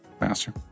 Master